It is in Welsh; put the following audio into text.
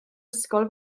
ysgol